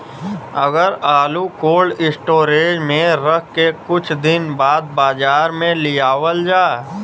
अगर आलू cold storage में रख के कुछ दिन बाद बाजार में लियावल जा?